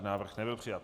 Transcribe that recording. Návrh nebyl přijat.